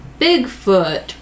Bigfoot